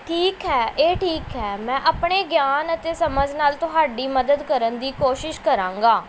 ਠੀਕ ਹੈ ਇਹ ਠੀਕ ਹੈ ਮੈਂ ਆਪਣੇ ਗਿਆਨ ਅਤੇ ਸਮਝ ਨਾਲ ਤੁਹਾਡੀ ਮਦਦ ਕਰਨ ਦੀ ਕੋਸ਼ਿਸ਼ ਕਰਾਂਗਾ